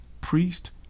priest